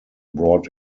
brought